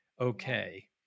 okay